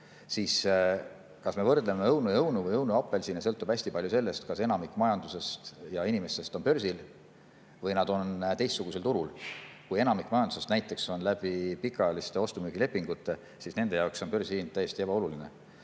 see, kas me võrdleme õunu ja õunu või õunu ja apelsine, sõltub hästi palju sellest, kas enamik majandusest ja inimestest on börsil või nad on teistsugusel turul. Kui enamik majandusest sõltub näiteks pikaajalistest ostu-müügilepingutest, siis on börsihind täiesti ebaoluline.